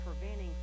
preventing